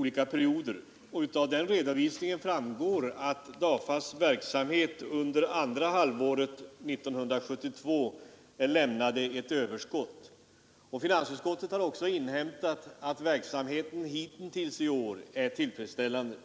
tidigare perioder, och av den redovisningen framgår att DAFA :s verksamhet under andra halvåret 1972 lämnade ett överskott. Finansutskottet har också inhämtat att verksamheten hitintills i år är tillfredsställande.